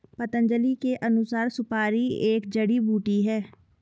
पतंजलि के अनुसार, सुपारी एक जड़ी बूटी है